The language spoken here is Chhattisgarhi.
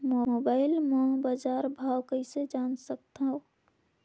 मोबाइल म बजार भाव कइसे जान सकथव?